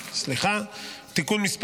יש לנו הצעת חוק-יסוד: הממשלה (תיקון מס'